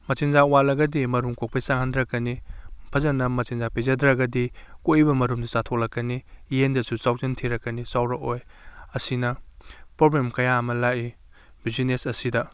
ꯃꯆꯤꯟꯖꯥꯛ ꯋꯥꯠꯂꯒꯗꯤ ꯃꯔꯨꯝ ꯀꯣꯛꯄꯒꯤ ꯆꯥꯡ ꯍꯟꯊꯔꯛꯀꯅꯤ ꯐꯖꯅ ꯃꯆꯤꯟꯖꯥꯛ ꯄꯤꯖꯗ꯭ꯔꯒꯗꯤ ꯀꯣꯛꯂꯤꯕ ꯃꯔꯨꯝꯗꯨ ꯆꯥꯊꯣꯛꯂꯛꯀꯅꯤ ꯌꯦꯟꯗꯁꯨ ꯆꯥꯎꯖꯟ ꯊꯤꯔꯛꯀꯅꯤ ꯆꯥꯎꯔꯛꯑꯣꯏ ꯑꯁꯤꯅ ꯄ꯭ꯔꯣꯕ꯭ꯂꯦꯝ ꯀꯌꯥ ꯑꯃ ꯂꯥꯛꯏ ꯕꯤꯖꯤꯅꯦꯁ ꯑꯁꯤꯗ